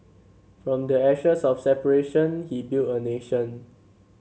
from the ashes of separation he built a nation